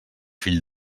fill